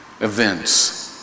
events